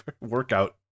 workout